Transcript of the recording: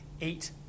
eight